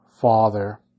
Father